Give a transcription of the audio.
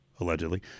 allegedly